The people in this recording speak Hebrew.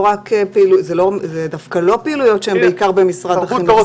אלה לא פעילויות שהם רק במשרד החינוך,